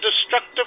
destructive